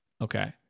Okay